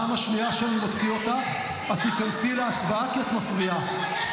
כי את עדיין מפריעה לו.